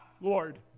Lord